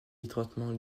étroitement